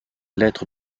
lettre